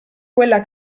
quella